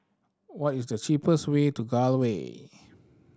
what is the cheapest way to Gul Way